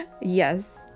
Yes